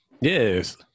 yes